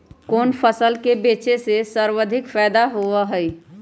कोन फसल के बेचे से सर्वाधिक फायदा होबा हई?